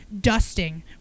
dusting